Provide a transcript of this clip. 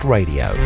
Radio